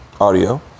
audio